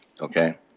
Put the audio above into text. Okay